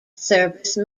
service